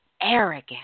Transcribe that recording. arrogant